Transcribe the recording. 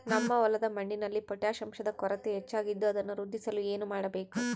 ನಮ್ಮ ಹೊಲದ ಮಣ್ಣಿನಲ್ಲಿ ಪೊಟ್ಯಾಷ್ ಅಂಶದ ಕೊರತೆ ಹೆಚ್ಚಾಗಿದ್ದು ಅದನ್ನು ವೃದ್ಧಿಸಲು ಏನು ಮಾಡಬೇಕು?